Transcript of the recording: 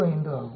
05 ஆகும்